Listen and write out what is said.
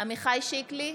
עמיחי שיקלי,